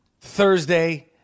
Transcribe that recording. Thursday